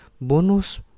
bonus